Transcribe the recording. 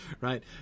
Right